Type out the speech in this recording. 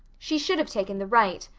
she should have taken the right,